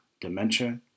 dementia